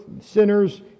sinners